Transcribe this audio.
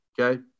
Okay